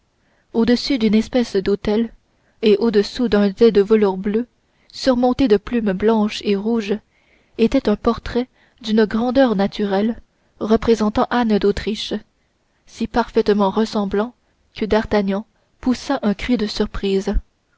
au-dessus d'une espèce d'autel et audessous d'un dais de velours bleu surmonté de plumes blanches et rouges était un portrait de grandeur naturelle représentant anne d'autriche si parfaitement ressemblant que d'artagnan poussa un cri de surprise